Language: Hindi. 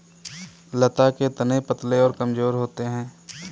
लता के तने पतले और कमजोर होते हैं